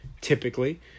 typically